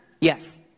Yes